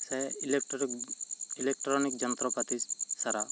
ᱥᱮ ᱤᱞᱮᱠᱴᱨᱚᱠ ᱤᱞᱮᱠᱴᱨᱚᱱᱤᱠ ᱡᱚᱱᱛᱨᱚ ᱯᱟᱛᱤ ᱥᱟᱨᱟᱣ